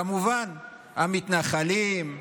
כמובן, המתנחלים,